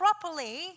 properly